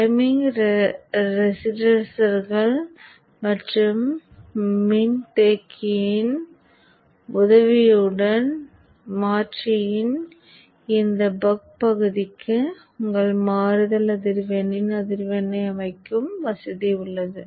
timing ரெசிஸ்டர்கள் மற்றும் மின்தேக்கிகளின் உதவியுடன் மாற்றியின் இந்த பக் பகுதிக்கு உங்கள் மாறுதல் அதிர்வெண்ணின் அதிர்வெண்ணை அமைக்கும் வசதி உள்ளது